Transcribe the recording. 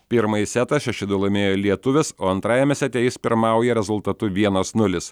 pirmąjį setą šeši du laimėjo lietuvis o antrajame sete jis pirmauja rezultatu vienas nulis